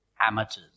amateurs